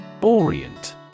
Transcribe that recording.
Orient